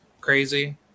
crazy